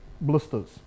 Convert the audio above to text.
blisters